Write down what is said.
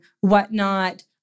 whatnot